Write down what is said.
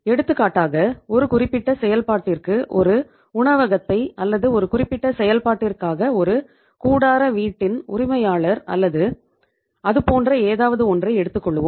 எடுத்துக்காட்டாக ஒரு குறிப்பிட்ட செயல்பாட்டிற்கு ஒரு உணவகத்தைச் அல்லது ஒரு குறிப்பிட்ட செயல்பாட்டிற்காக ஒரு கூடார வீட்டின் உரிமையாளர் அல்லது அதுபோன்ற ஏதாவது ஒன்றைச் எடுத்துக்கொள்வோம்